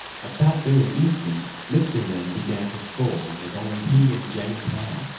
at that very instant mr. wren began to scold as only he and jenny can.